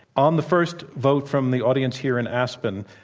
on the first vote from the audience here in aspen,